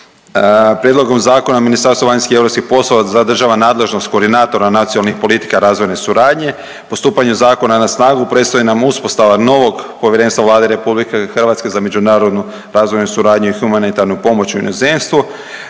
Prijedlogom zakona Ministarstvo vanjskih i europskih poslova zadržava nadležnost koordinatora nacionalnih politika razvojne suradnje. Po stupanju zakona na snagu predstoji nam uspostava novog Povjerenstva Vlade Republike Hrvatske za međunarodnu razvojnu suradnju i humanitarnu pomoć u inozemstvu.